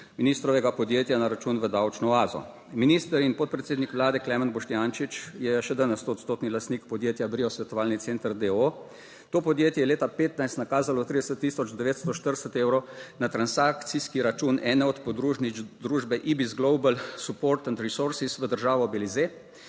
ministrovega podjetja na račun v davčno oazo. Minister in podpredsednik Vlade, Klemen Boštjančič je še danes stoodstotni lastnik podjetja Brio, svetovalni center d. o. o. To podjetje je leta 2015 nakazalo 30 tisoč 940 evrov na transakcijski račun ene od podružnic družbe IBIS Global support and resources v državo Belize,